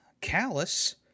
Callus